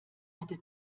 hatte